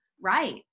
Right